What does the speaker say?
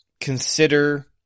consider